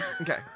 okay